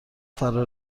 فرا